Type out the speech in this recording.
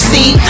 See